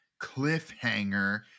cliffhanger